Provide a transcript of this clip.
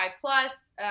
plus